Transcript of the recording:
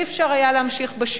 לא היה אפשר להמשיך בשיעור.